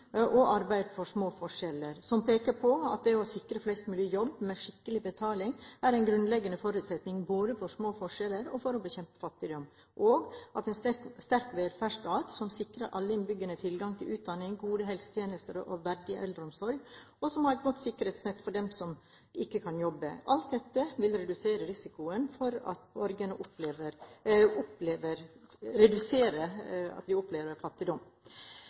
og arbeid for små forskjeller, som peker på at det å sikre flest mulig jobb med skikkelig betaling er en grunnleggende forutsetning både for små forskjeller og for å bekjempe fattigdom, at en sterk velferdsstat sikrer alle innbyggerne tilgang til utdanning, gode helsetjenester og verdig eldreomsorg, og som har et godt sikkerhetsnett for dem som ikke kan jobbe – at alt dette vil redusere risikoen for at borgerne opplever fattigdom.